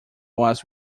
was